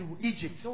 Egypt